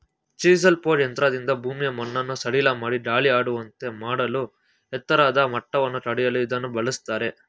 chisel plough ಯಂತ್ರದಿಂದ ಭೂಮಿಯ ಮಣ್ಣನ್ನು ಸಡಿಲಮಾಡಿ ಗಾಳಿಯಾಡುವಂತೆ ಮಾಡಲೂ ಎತ್ತರದ ಮಟ್ಟವನ್ನು ಕಡಿಯಲು ಇದನ್ನು ಬಳ್ಸತ್ತರೆ